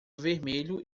vermelho